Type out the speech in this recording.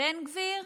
ובן גביר,